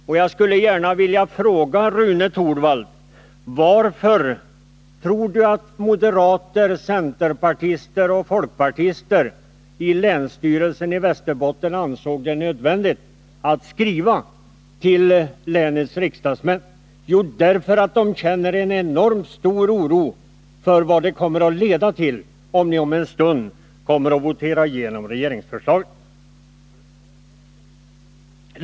Och jag vill gärna fråga Rune Torwald varför han tror att moderater, centerpartister och folkpartister i länsstyrelsen i Västerbotten ansåg det nödvändigt att skriva till länets riksdagsmän. Jo, därför att de känner en enormt stor oro för vad det kommer att leda till, om ni om en stund voterar igenom regeringsförslagen.